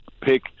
pick